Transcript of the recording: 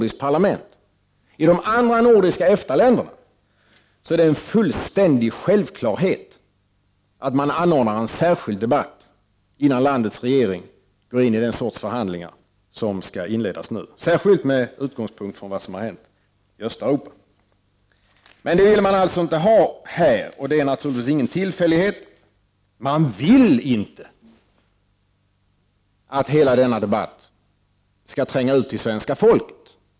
I de andra nordiska EFTA-länderna är det en självklarhet att man anordnar en särskild debatt, innan landets regering går in i den sortens förhandlingar som skall inledas nu, särskilt med utgångspunkt i vad som har hänt i Östeuropa. Men det vill man alltså inte ha här. Det är naturligtvis ingen tillfällighet. Man vill inte att hela denna debatt skall tränga ut till svenska folket.